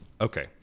Okay